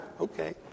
Okay